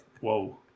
whoa